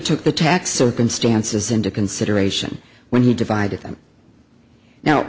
took the tax circumstances into consideration when he divided them now